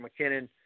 McKinnon